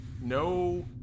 No